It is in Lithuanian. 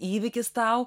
įvykis tau